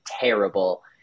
terrible